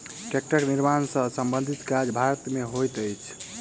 टेक्टरक निर्माण सॅ संबंधित काज भारत मे होइत अछि